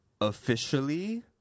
Officially